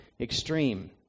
extreme